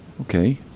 Okay